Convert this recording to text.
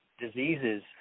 diseases